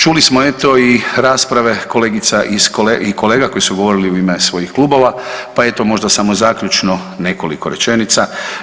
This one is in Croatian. Čuli smo eto i rasprave kolegica i kolega koji su govorili u ime svojih klubova, pa eto možda samo zaključno nekoliko rečenica.